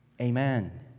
Amen